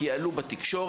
כי עלו בתקשורת,